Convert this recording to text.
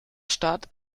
stadt